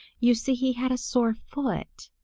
you see he had a sore foot.